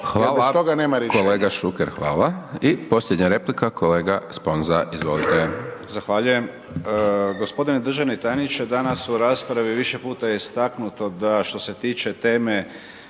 …kolega Šuker, hvala. I posljednja replika kolega Sponza, izvolite.